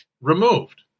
removed